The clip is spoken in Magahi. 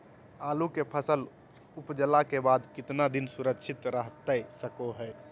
आलू के फसल उपजला के बाद कितना दिन सुरक्षित रहतई सको हय?